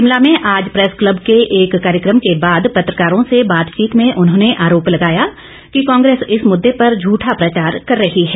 शिमला में आज press club के एक कार्यक्रम के बाद पत्रकारों से बातचीत में उन्होंने आरोप लगाया कि कांग्रेस इस मुददे पर झठा प्रचार कर रही है